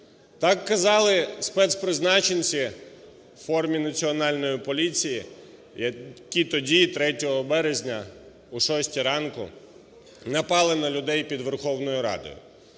Так казалиспецпризначенці в формі Національної поліції, які тоді, 3 березня о шостій ранку, напали на людей під Верховною Радою.